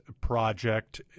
project